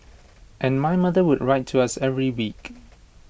and my mother would write to us every week